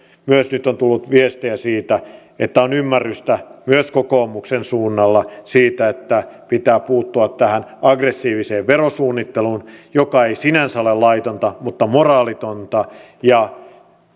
myös nyt on tullut viestejä siitä että on ymmärrystä myös kokoomuksen suunnalla siitä että pitää puuttua tähän aggressiiviseen verosuunnitteluun joka ei sinänsä ole laitonta mutta moraalitonta ja